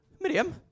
Miriam